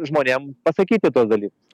žmonėm pasakyti tuos dalykus